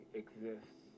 exists